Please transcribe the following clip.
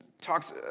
talks